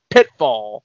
Pitfall